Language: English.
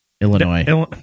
Illinois